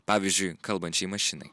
pavyzdžiui kalbančiai mašinai